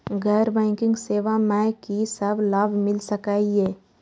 गैर बैंकिंग सेवा मैं कि सब लाभ मिल सकै ये?